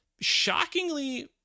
shockingly